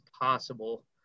possible